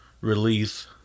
release